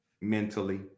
Mentally